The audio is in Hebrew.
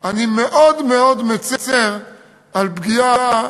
אני מאוד מאוד מצר על פגיעה